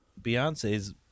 Beyonce's